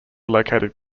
located